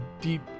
deep